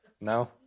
No